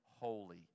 holy